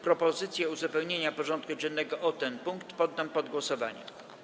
Propozycję uzupełnienia porządku dziennego o ten punkt poddam pod głosowanie.